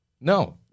No